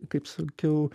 kaip sakiau